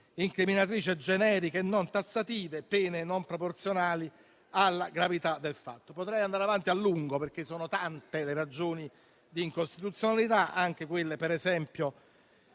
incriminatrici generiche e non tassative e pene non proporzionali alla gravità del fatto. Potrei andare avanti a lungo, perché sono tante le ragioni d'incostituzionalità, anche quelle contenute